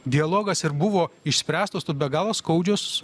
dialogas ir buvo išspręstos tos be galo skaudžios